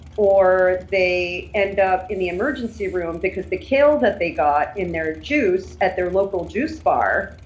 or they end up in the emergency room because the kale that they got in their juice at their local juice bar